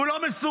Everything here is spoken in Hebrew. הוא לא מסוגל,